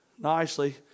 nicely